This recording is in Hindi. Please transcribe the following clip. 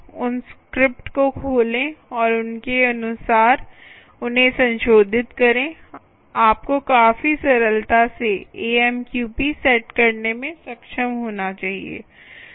उन स्क्रिप्ट को खोलें और उनके अनुसार उन्हें संशोधित करें आपको काफी सरलता से AMQP सेट करने में सक्षम होना चाहिए